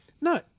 No